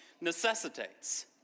necessitates